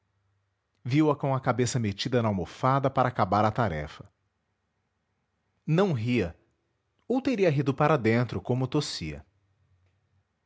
com a cabeça metida na almofada para acabar a tarefa não ria ou teria rido para dentro como tossia